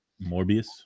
Morbius